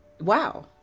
wow